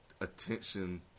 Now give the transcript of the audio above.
attention